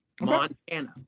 Montana